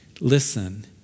listen